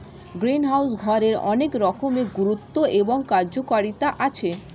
greenhouse ঘরের অনেক রকমের গুরুত্ব এবং কার্যকারিতা আছে